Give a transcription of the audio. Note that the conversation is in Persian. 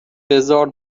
بزار